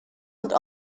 und